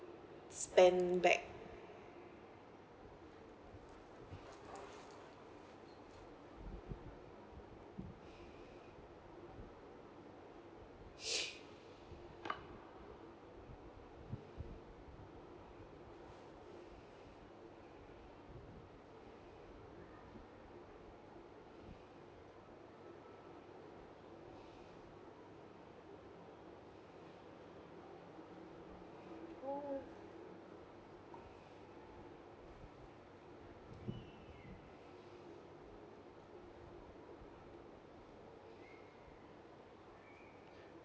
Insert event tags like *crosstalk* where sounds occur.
spend back *breath* oh